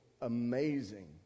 amazing